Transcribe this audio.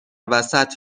وسط